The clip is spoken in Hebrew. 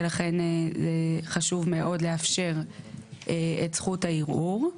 ולכן חשוב מאוד לאפשר את זכות הערעור.